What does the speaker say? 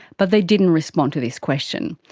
but they didn't respond to this question.